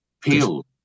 Peel